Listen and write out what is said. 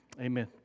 Amen